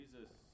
Jesus